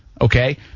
Okay